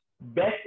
best